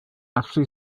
actually